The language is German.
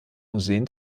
museen